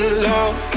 love